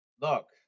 Look